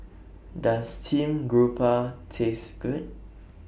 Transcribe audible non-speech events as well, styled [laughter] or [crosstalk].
Does Steamed Grouper Taste Good [noise]